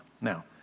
Now